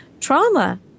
Trauma